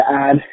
add